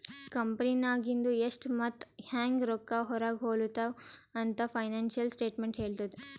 ಕಂಪೆನಿನಾಗಿಂದು ಎಷ್ಟ್ ಮತ್ತ ಹ್ಯಾಂಗ್ ರೊಕ್ಕಾ ಹೊರಾಗ ಹೊಲುತಾವ ಅಂತ್ ಫೈನಾನ್ಸಿಯಲ್ ಸ್ಟೇಟ್ಮೆಂಟ್ ಹೆಳ್ತುದ್